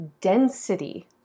density